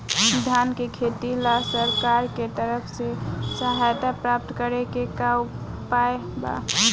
धान के खेती ला सरकार के तरफ से सहायता प्राप्त करें के का उपाय बा?